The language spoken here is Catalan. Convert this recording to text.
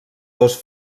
dos